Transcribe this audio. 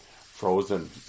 frozen